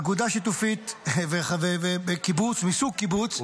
אגודה שיתופית מסוג קיבוץ היא כזאת